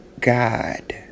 God